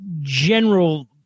general